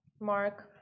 mark